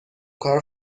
کار